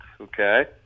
okay